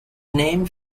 named